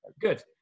Good